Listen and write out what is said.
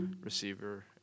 receiver